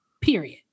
period